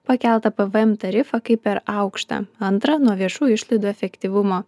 pakeltą pepe em tarifą kaip per aukštą antra nuo viešųjų išlaidų efektyvumo